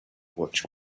which